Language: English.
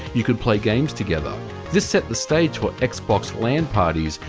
you could play games together. this set the stage for xbox lan parties,